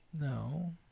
No